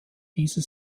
diese